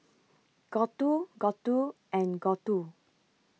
Gouthu Gouthu and Gouthu